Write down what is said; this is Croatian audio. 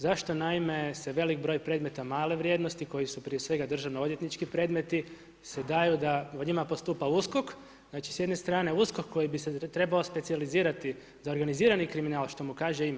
Zašto naime se velik broj predmeta male vrijednosti, koji su prije svega državno-odvjetnički predmeti, se daju da o njima postupa USKOK, znači s jedne strane USKOK koji bi se trebao specijalizirati za organizirani kriminal, što mu kaže ime.